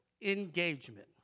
engagement